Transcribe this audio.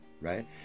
right